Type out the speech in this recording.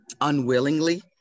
Unwillingly